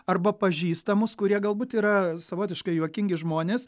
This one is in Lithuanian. arba pažįstamus kurie galbūt yra savotiškai juokingi žmonės